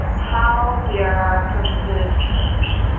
how their purchases changed.